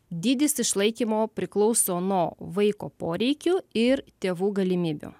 dydis išlaikymo priklauso nuo vaiko poreikių ir tėvų galimybių